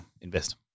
invest